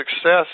success